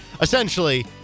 essentially